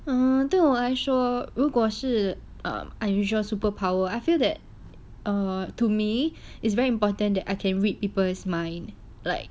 um 对我来说如果是 err unusual superpower I feel that err to me it's very important that I can read people's mind like